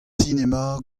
sinema